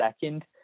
second